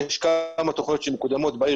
יש כמה תכניות שמקודמות בעיר